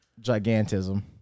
Gigantism